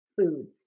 foods